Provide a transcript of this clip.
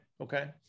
okay